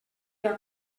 era